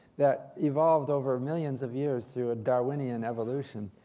that evolved over millions of years through a darwinian evolution.